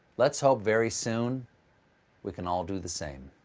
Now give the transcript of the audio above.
let's hope very soon we can all do the same.